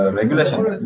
regulations